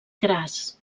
cras